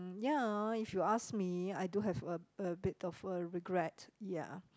ya if you ask me I do have a a bit of a regret ya